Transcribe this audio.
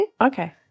Okay